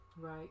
right